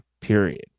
period